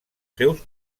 seus